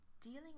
dealing